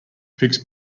picks